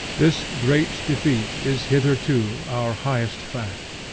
this great defeat is hitherto our highest fact.